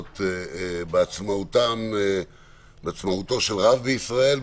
לראות בעצמאותו של רב בישראל,